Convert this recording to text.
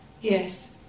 Yes